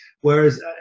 Whereas